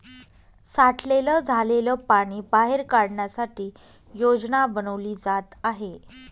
साठलेलं झालेल पाणी बाहेर काढण्यासाठी योजना बनवली जात आहे